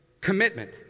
commitment